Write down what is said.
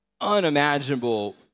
unimaginable